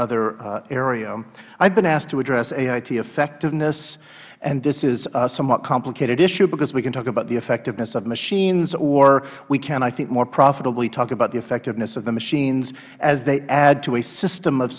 other area i have been asked to address ait effectiveness and this is a somewhat complicated issue because we can talk about the effectiveness of machines or we can i think more profitably talk about the effectiveness of the machines as they add to a system of